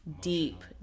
deep